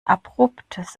abruptes